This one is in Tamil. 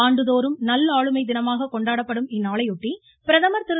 ஆண்டுதோறும் நல்ஆளுமை தினமாக கொண்டாடப்படும் இந்நாளையொட்டி பிரதமர் திரு